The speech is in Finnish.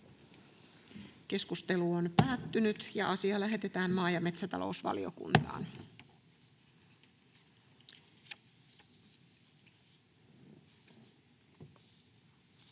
ehdottaa, että asia lähetetään maa- ja metsätalousvaliokuntaan.